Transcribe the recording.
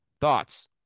thoughts